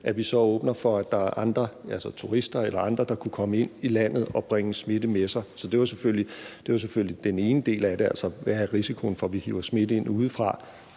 selv, så åbner for, at der er turister eller andre, der kan komme ind i landet og bringe smitte med sig. Så det var selvfølgelig den ene del af det, altså en vurdering af, hvad risikoen for, at vi hiver smitte ind udefra,